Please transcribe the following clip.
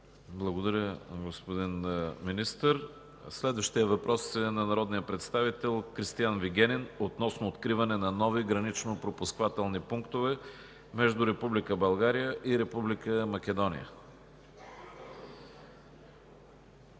Благодаря, господин Министър. Следващият въпрос е на народния представител Кристиан Вигенин относно откриване на нови гранично-пропускателни пунктове между Република България и Република Македония.